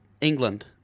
England